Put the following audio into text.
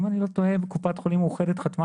אם אני לא טועה קופת חולים מאוחדת חתמה